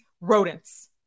rodents